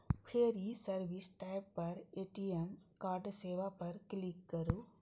फेर ई service tab पर ए.टी.एम कार्ड सेवा पर क्लिक करू